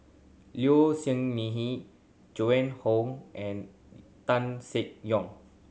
Low Siew Nghee Joan Hon and Tan Seng Yong